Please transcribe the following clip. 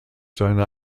seine